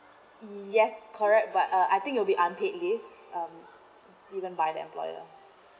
yes correct but uh I think you'll be unpaid leave um given by the employer